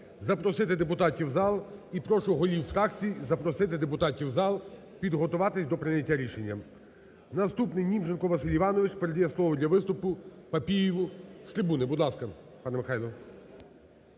запросити депутатів в зал. І прошу голів фракцій запросити депутатів в зал підготуватись до прийняття рішення. Наступний Німченко Василь Іванович передає слово для виступу Папієву. З трибуни, будь ласка, пане Михайло.